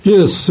Yes